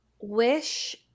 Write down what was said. wish